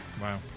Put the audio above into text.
Wow